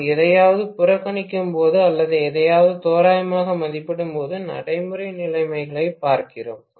நாம் எதையாவது புறக்கணிக்கும்போது அல்லது எதையாவது தோராயமாக மதிப்பிடும்போது நடைமுறை நிலைமைகளைப் பார்க்கிறோம்